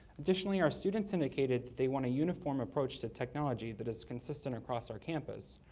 additionally, our students indicated that they want a uniform approach to technology that is consistent across our campus.